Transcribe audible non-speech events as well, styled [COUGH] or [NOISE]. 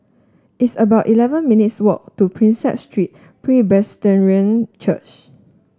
it's about eleven minutes' walk to Prinsep Street [UNINTELLIGIBLE] Church